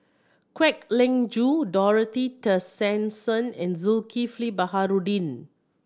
Kwek Leng Joo Dorothy Tessensohn and Zulkifli Baharudin